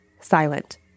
silent